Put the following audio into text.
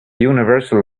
universal